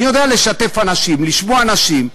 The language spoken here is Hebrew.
אני יודע לשתף אנשים, לשמוע אנשים,